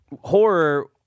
horror –